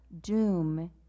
doom